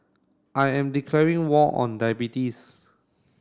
I am declaring war on diabetes